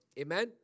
amen